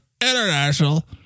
International